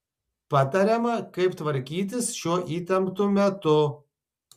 patariama kaip tvarkytis šiuo įtemptu metu